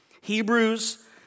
Hebrews